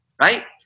right